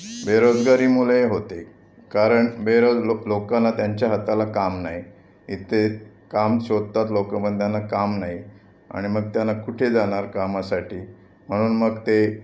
बेरोजगारी मुळेही होते कारण बेरोज लोकांना त्यांच्या हाताला काम नाही इथे काम शोधतात लोकं पण त्यांना काम नाही आणि मग त्यांना कुठे जाणार कामासाठी म्हणून मग ते